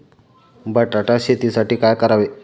बटाटा शेतीसाठी काय करावे?